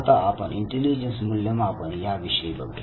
आता आपण इंटेलिजन्स मूल्यमापन याविषयी बघू